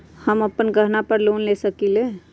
हम अपन गहना पर लोन ले सकील?